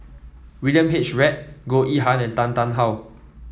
William H Read Goh Yihan and Tan Tarn How